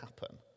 happen